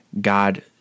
God